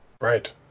Right